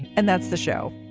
and that's the show.